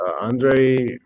Andre